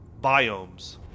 biomes